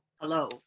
Hello